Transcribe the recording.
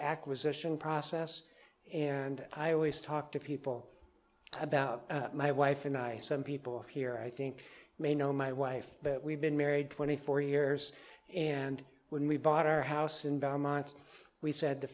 acquisition process and i always talk to people about my wife and i some people here i think may know my wife but we've been married twenty four years and when we bought our house in vermont we said the